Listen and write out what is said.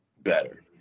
better